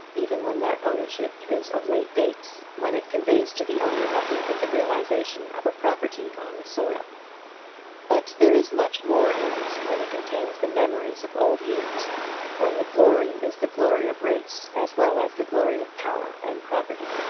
even when that ownership is of late date, when it conveys to the owner nothing but the realisation of a property on the soil but there is much more in it when it contains the memories of old years when the glory is the glory of race as well as the glory of power and property.